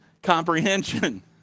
comprehension